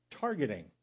targeting